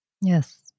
Yes